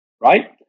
Right